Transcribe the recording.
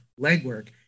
legwork